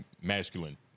masculine